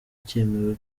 cyemewe